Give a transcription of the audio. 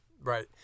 Right